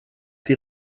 die